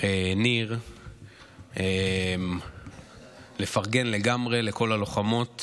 ניר אני רוצה לפרגן לגמרי לכל הלוחמות